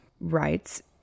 writes